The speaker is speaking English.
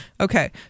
Okay